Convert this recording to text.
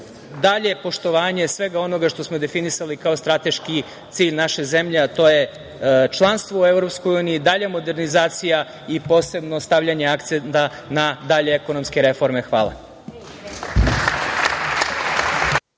dalje poštovanje svega onoga što smo definisali kao strateški cilj naše zemlje, a to je članstvo u EU, dalja modernizacija i posebno stavljanje akcenta na dalje ekonomske reforme. Hvala.